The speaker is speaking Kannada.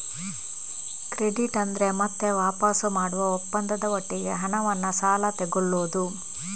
ಕ್ರೆಡಿಟ್ ಅಂದ್ರೆ ಮತ್ತೆ ವಾಪಸು ಮಾಡುವ ಒಪ್ಪಂದದ ಒಟ್ಟಿಗೆ ಹಣವನ್ನ ಸಾಲ ತಗೊಳ್ಳುದು